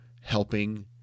helping